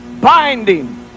binding